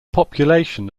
population